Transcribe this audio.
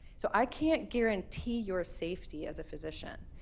so i can't guarantee your safety as a physician,